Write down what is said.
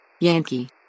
Yankee